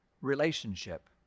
relationship